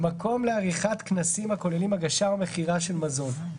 " מקום לעריכת כנסים הכוללים הגשה או מכירה של מזון,